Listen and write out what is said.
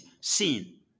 sin